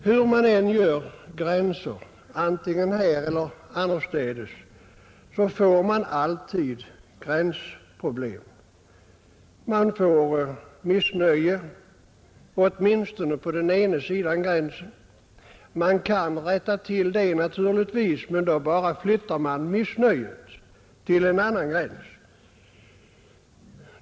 Hur man än drar upp gränserna i detta fall får man alltid gränsproblem, Det uppstår missnöje, åtminstone på den ena sidan gränsen, Det kan man naturligtvis rätta till men då flyttar man bara missnöjet till en annan gräns.